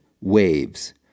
Waves